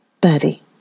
Birdie